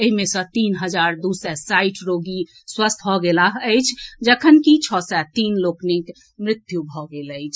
एहि मे सँ तीन हजार दू सय साठि रोगी स्वस्थ भऽ गेलाह अछि जखनकि छओ सय तीन लोकनिक मृत्यु भऽ गेल अछि